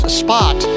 spot